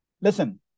Listen